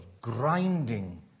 grinding